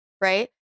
Right